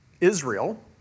Israel